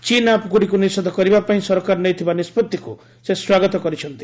ଚୀନ୍ ଆପ୍ଗୁଡ଼ିକୁ ନିଷେଧ କରିବାପାଇଁ ସରକାର ନେଇଥିବା ନିଷ୍ପଭିକୁ ସେ ସ୍ୱାଗତ କରିଛନ୍ତି